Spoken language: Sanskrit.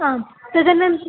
आं तदनन्तरम्